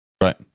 right